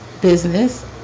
business